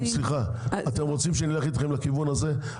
אתם רוצים שנלך איתכם לכיוון הזה?